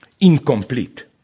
incomplete